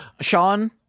Sean